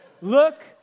Look